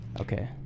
Okay